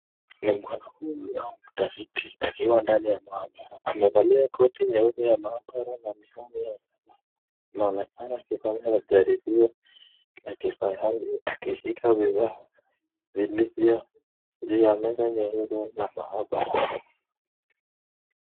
Ni mwanafunzi au mtafiti akiwa ndani ya mahabara. Amevalia koti nyeupe ya mahabara na mipambo sanaa. Anaonekana akifanya jaribio ya kisayansi akishika vifaa vilivyo juu ya meza ya humo mahabara.